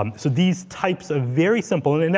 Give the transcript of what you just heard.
um so these types of very simple, and and